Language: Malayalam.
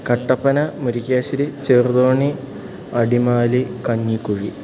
കട്ടപ്പന മുരിക്കാശ്ശേരി ചെറുതോണി അടിമാലി കഞ്ഞിക്കുഴി